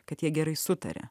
kad jie gerai sutaria